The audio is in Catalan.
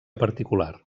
particular